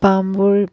পামবোৰ